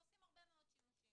ועשים הרבה שימושים,